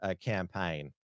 campaign